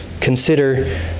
consider